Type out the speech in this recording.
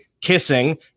kissing